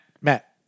Matt